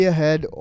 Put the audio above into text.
Ahead